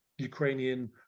Ukrainian